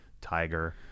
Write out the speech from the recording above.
Tiger